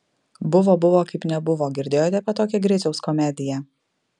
buvo buvo kaip nebuvo girdėjote apie tokią griciaus komediją